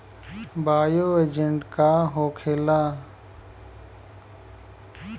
Bio agent का होखेला?